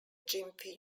gympie